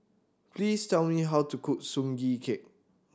please tell me how to cook Sugee Cake